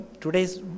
today's